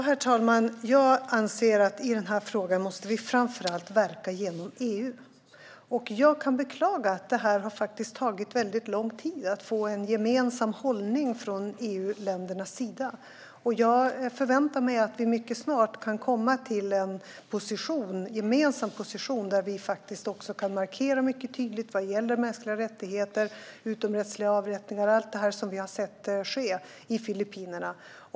Herr talman! I denna fråga måste vi framför allt verka genom EU. Jag beklagar att det har tagit så lång tid för EU-länderna att få en gemensam hållning. Jag förväntar mig att vi mycket snart ska komma till en gemensam position där vi tydligt kan markera vad det gäller mänskliga rättigheter, utomrättsliga avrättningar och allt det som vi har sett ske i Filippinerna.